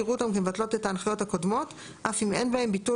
יראו אותן כמבטלות את ההנחיות הקודמות אף אם אין בהן ביטול